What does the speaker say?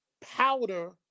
powder